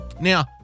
Now